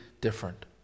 different